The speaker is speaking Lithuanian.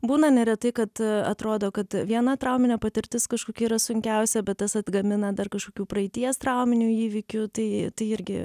būna neretai kad atrodo kad viena trauminė patirtis kažkokia yra sunkiausia bet tas atgamina dar kažkokių praeities trauminių įvykių tai tai irgi